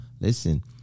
listen